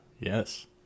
Yes